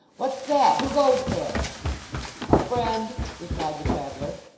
what's that? who goes there a friend replied the traveller.